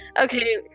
Okay